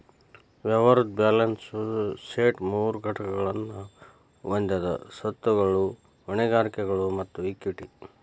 ವ್ಯವಹಾರದ್ balance sheet ಮೂರು ಘಟಕಗಳನ್ನ ಹೊಂದೆದ ಸ್ವತ್ತುಗಳು, ಹೊಣೆಗಾರಿಕೆಗಳು ಮತ್ತ ಇಕ್ವಿಟಿ